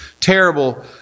terrible